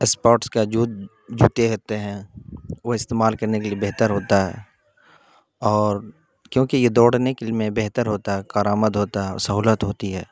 spots کا جوتے ہوتے ہیں وہ استعمال کرنے کے لیے بہتر ہوتا ہے اور کیونکہ یہ دوڑنے کے لیے میں بہتر ہوتا ہے کارآمد ہوتا ہے اور سہولت ہوتی ہے